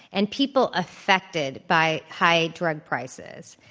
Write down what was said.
and people affected by high drug prices.